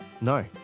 no